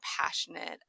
passionate